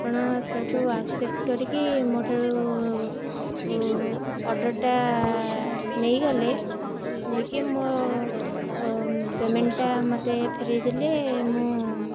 ଆପଣ ତାକୁ ଆକ୍ସେପ୍ଟ କରିକି ମୋଠାରୁ ଅର୍ଡ଼ର୍ଟା ନେଇଗଲେ ନେଇକି ମୋ ପେମେଣ୍ଟଟା ମୋତେ ଫେରେଇଦେଲେ ମୁଁ